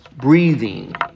breathing